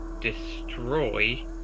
destroy